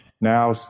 now